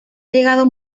llegado